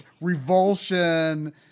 revulsion